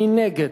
מי נגד?